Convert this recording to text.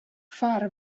far